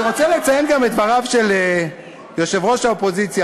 אני רוצה גם לציין את דבריו של יושב-ראש האופוזיציה,